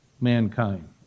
mankind